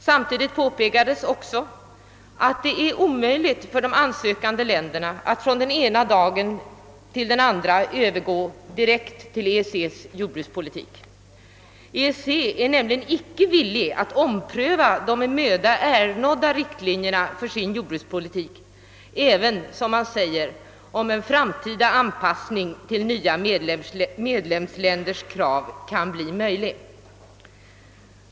Samtidigt påpekades också att det är omöjligt för de ansökande länderna att från den ena dagen till den andra övergå direkt till EEC:s jordbrukspolitik. EEC är nämligen inte villigt att ompröva de med möda ernådda riktlinjerna för sin jordbrukspolitik även om, som man säger, en framtida anpassning till nya medlemsländers krav kan bli möjlig.